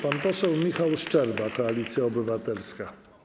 Pan poseł Michał Szczerba, Koalicja Obywatelska.